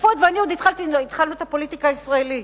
כשפואד ואני עוד התחלנו את הפוליטיקה הישראלית.